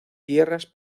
tierras